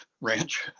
Ranch